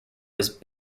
was